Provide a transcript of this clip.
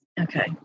Okay